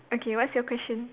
okay what's your question